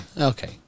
Okay